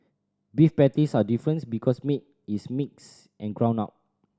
beef patties are difference because meat is mixed and ground up